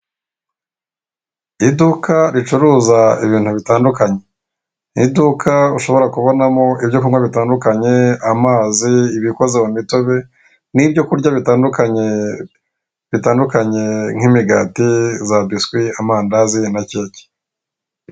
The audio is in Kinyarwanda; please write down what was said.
Iduka ricuruza ibintu bitandukanye ni iduka ushobora kubonamo ibyo kunywa bitandukanye amazi ibikoze mu mitobe n'ibyo kurya bitandukanye nk'imigati za biswi amandazi na keke.